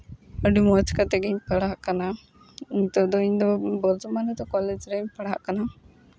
ᱟᱹᱰᱤ ᱢᱚᱡᱽ ᱠᱟᱛᱮ ᱜᱮᱧ ᱯᱟᱲᱦᱟᱜ ᱠᱟᱱᱟ ᱱᱤᱛᱚᱜ ᱫᱚ ᱤᱧᱫᱚ ᱵᱚᱨᱛᱚᱢᱟᱱ ᱨᱮᱫᱚ ᱠᱚᱞᱮᱡᱽ ᱨᱮᱧ ᱯᱟᱲᱦᱟᱜ ᱠᱟᱱᱟ